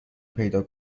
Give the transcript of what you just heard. پیدا